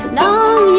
no